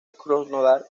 krasnodar